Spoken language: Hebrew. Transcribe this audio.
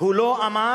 הוא לא אמר